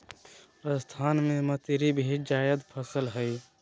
राजस्थान में मतीरी भी जायद फसल हइ